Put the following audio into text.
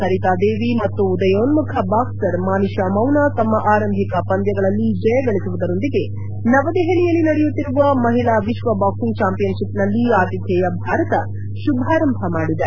ಸರಿತಾ ದೇವಿ ಮತ್ತು ಉದಯೋನ್ಮುಖ ಬಾಕ್ಸರ್ ಮಾನಿಶಾ ಮೌನಾ ತಮ್ಮ ಆರಂಭಿಕ ಪಂದ್ಯಗಳಲ್ಲಿ ಜಯ ಗಳಿಸುವುದರೊಂದಿಗೆ ನವದೆಹಲಿಯಲ್ಲಿ ನಡೆಯುತ್ತಿರುವ ಮಹಿಳಾ ವಿಶ್ವ ಬಾಕ್ಸಿಂಗ್ ಚಾಂಪಿಯನ್ ಷಿಪ್ ನಲ್ಲಿ ಆತಿಥೇಯ ಭಾರತ ಶುಭಾರಂಭ ಮಾದಿದೆ